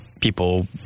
people